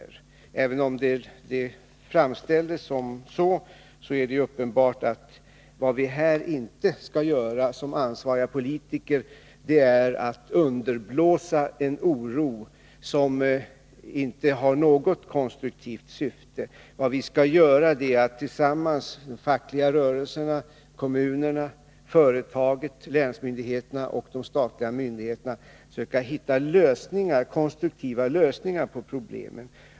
För även om det framställdes så, är det uppenbart att vad vi som ansvariga politiker inte skall göra är att underblåsa en oro som inte har något konstruktivt syfte. Vad vi skall göra är att tillsammans — de fackliga rörelserna, kommunerna, företaget, länsmyndigheterna och de statliga myndigheterna — söka hitta konstruktiva lösningar på problemen.